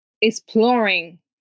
exploring